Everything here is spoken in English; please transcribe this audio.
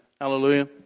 Hallelujah